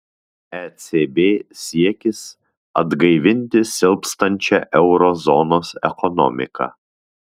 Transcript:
ecb siekis atgaivinti silpstančią euro zonos ekonomiką